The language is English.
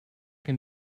can